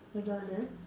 hold on ah